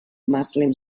muslim